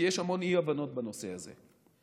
כי יש המון אי-הבנות בנושא הזה.